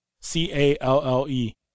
C-A-L-L-E